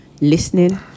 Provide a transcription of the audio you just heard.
listening